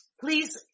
please